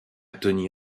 tony